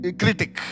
critic